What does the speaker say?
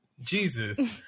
Jesus